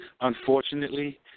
unfortunately